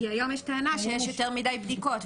כי היום יש טענה, שיש יותר מדי בדיקות.